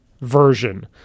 version